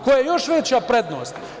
To je još veća prednost.